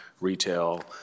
retail